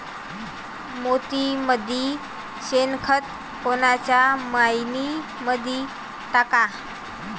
मातीमंदी शेणखत कोनच्या मइन्यामंधी टाकाव?